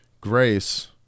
Grace